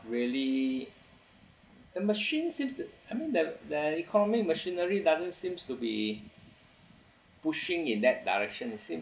really the machine seems to I mean the the economic machinery doesn't seems to be pushing in that direction it seems